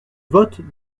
vote